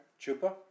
Chupa